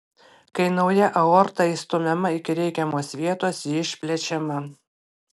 kai nauja aorta įstumiama iki reikiamos vietos ji išplečiama